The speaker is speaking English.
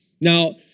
now